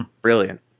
brilliant